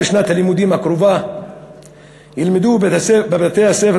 בשנת הלימודים הקרובה ילמדו בבתי-הספר